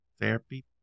therapy